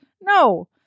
No